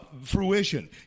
fruition